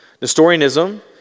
Nestorianism